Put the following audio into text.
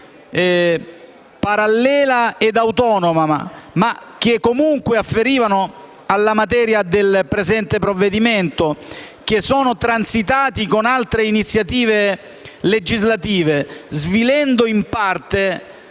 parallela e autonoma, ma che comunque afferivano alla materia del presente provvedimento, che sono transitati con altre iniziative legislative, svilendo in parte